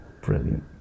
brilliant